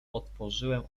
otworzyłem